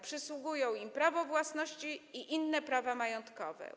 Przysługują im prawo własności i inne prawa majątkowe.